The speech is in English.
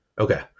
Okay